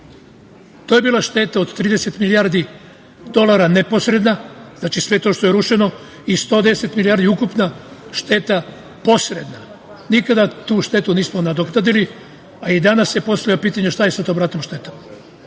To je bila šteta od 30 milijardi dolara, neposredna, znači, sve to što je rušeno i 110 milijardi ukupna šteta posredna. Nikada tu štetu nismo nadoknadili, a i danas se postavlja pitanje šta je sa tom ratnom štetom.